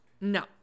No